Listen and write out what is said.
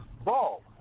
ball